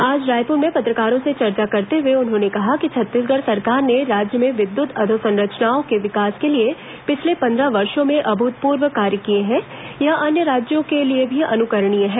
आज रायपुर में पत्रकारों से चर्चा करते हुए उन्होंने कहा कि छत्तीसगढ़ सरकार ने राज्य में विद्यत अधोसंरचनाओं के विकास के लिए पिछले पंद्रह वर्षों में अभूतपूर्व कार्य किए हैं यह अन्य राज्यों के लिए भी अनुकरणीय है